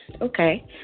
Okay